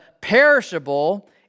perishable